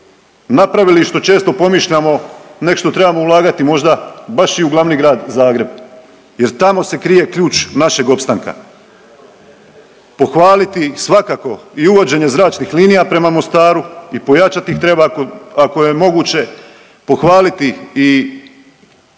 napravili i što često pomišljamo nego što trebamo ulagati možda baš i u glavni grad Zagreb, jer tamo se krije ključ našeg opstanka. Pohvaliti svakako i uvođenje zračnih linija prema Mostaru i pojačat ih treba ako je moguće. Pohvaliti i djelokrug rada,